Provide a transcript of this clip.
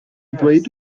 ddweud